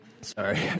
Sorry